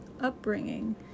upbringing